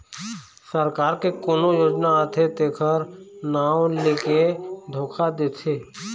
सरकार के कोनो योजना आथे तेखर नांव लेके धोखा देथे